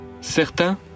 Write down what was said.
Certains